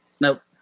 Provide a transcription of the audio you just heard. Nope